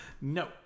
No